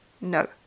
No